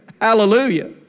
hallelujah